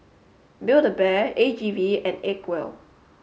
build A Bear A G V and Acwell